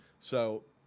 so